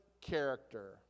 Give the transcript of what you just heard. character